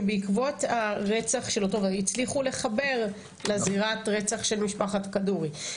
שבעקבות הרצח הצליחו לחבר לזירת הרצח של משפחת כדורי,